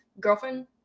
Girlfriend